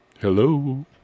Hello